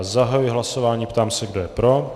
Zahajuji hlasování a ptám se, kdo je pro.